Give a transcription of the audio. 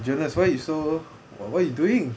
jonas why you so what are you doing